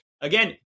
again